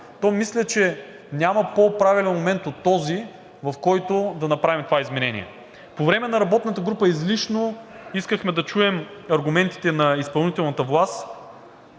то мисля, че няма по-правилен момент от този, в който да направим това изменение. По време на работната група искахме да чуем аргументите на изпълнителната власт